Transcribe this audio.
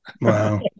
Wow